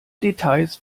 details